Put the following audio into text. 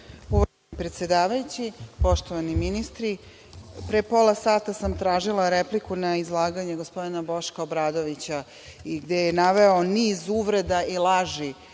Uvaženi predsedavajući, poštovani ministri, pre pola sata sam tražila repliku na izlaganje gospodina Boška Obradovića, gde je naveo niz uvreda i laži